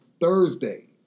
Thursday